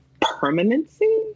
permanency